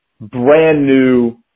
brand-new